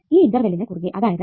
ഈ ഇന്റെർവെലിന് കുറുകെ അതായത്